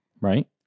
Right